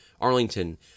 arlington